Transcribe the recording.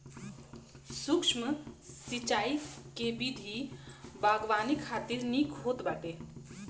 सूक्ष्म सिंचाई के विधि बागवानी खातिर निक होत बाटे